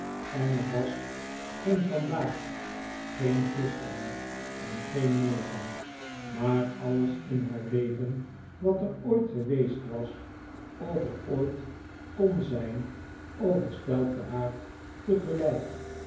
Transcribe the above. en er was geen vandaag geen gisteren en geen morgen maar alles in haar leven wat er ooit geweest was of er ooit kon zijn overstelpte haar tegelijk